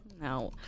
No